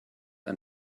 ein